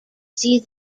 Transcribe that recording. see